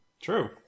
True